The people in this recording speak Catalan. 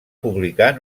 publicar